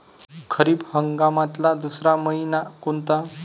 खरीप हंगामातला दुसरा मइना कोनता?